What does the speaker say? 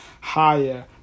higher